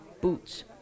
Boots